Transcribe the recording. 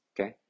Okay